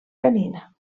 canina